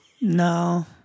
No